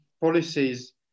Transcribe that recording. policies